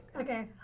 Okay